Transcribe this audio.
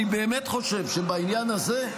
אני באמת חושב שבעניין הזה,